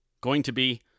going-to-be